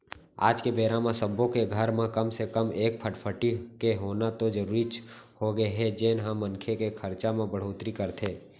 आज के बेरा म सब्बो के घर म कम से कम एक फटफटी के होना तो जरूरीच होगे हे जेन ह मनखे के खरचा म बड़होत्तरी करथे